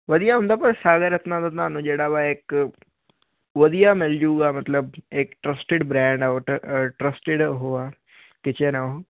ਵਧੀਆ ਹੁੰਦਾ ਪਰ ਸਾਗਰ ਰਤਨਾ ਦਾ ਤੁਹਾਨੂੰ ਜਿਹੜਾ ਵਾ ਇੱਕ ਵਧੀਆ ਮਿਲਜੂਗਾ ਮਤਲਬ ਇੱਕ ਟਰਸਟਿਡ ਬਰੈਂਡ ਆ ਟਰਸਟਿਡ ਉਹ ਆ ਕਿਚਨ ਆ ਉਹ